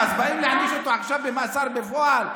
אז באים להעניש אותו עכשיו במאסר בפועל?